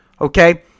okay